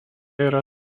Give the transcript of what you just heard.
yra